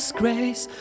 grace